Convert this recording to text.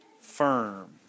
firm